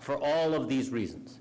for all of these reasons